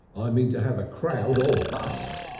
i mean to have a crowd or bust!